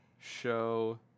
Show